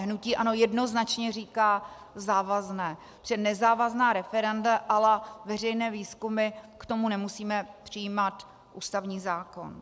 Hnutí ANO jednoznačně říká, že závazné, že nezávazná referenda a la veřejné výzkumy, k tomu nemusíme přijímat ústavní zákon.